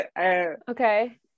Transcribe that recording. okay